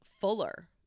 Fuller